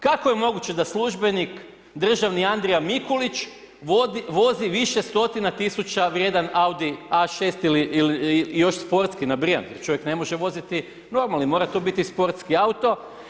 Kako je moguće da službenik, državni Andrija Mikulić vozi više stotina tisuća vrijedan Audi A6 ili, i još sportski, nabrijan, čovjek ne može voziti, normalno i mora to biti sportski auto.